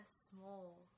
small